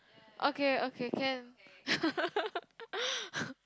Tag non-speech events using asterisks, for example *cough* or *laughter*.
okay okay can *laughs*